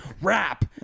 rap